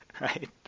right